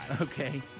Okay